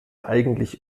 eigentlich